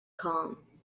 calm